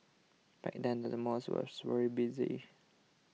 back then the malls was very busy